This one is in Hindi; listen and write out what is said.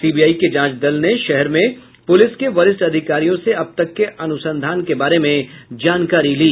सीबीआई के जांच दल ने शहर में पुलिस के वरिष्ठ अधिकारियों से अब तक के अनुसंधान के बारे में जानकारी ली